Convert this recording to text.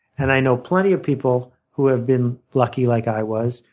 and i know plenty of people who have been lucky like i was,